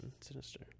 Sinister